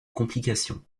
complication